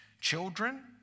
children